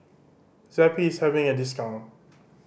Zappy is having a discount